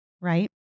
right